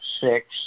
six